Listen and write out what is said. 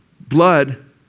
blood